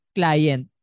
client